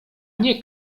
nie